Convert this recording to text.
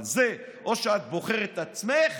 אבל זה או שאת בוחרת את עצמך